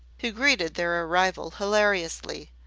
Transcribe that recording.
who greeted their arrival hilariously.